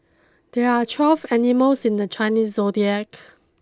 there are twelve animals in the Chinese zodiac